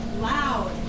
loud